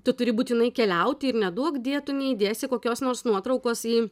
tu turi būtinai keliauti ir neduokdie tu neįdėsi kokios nors nuotraukos į